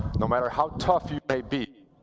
no matter how tough you may be,